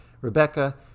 Rebecca